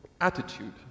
attitude